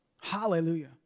Hallelujah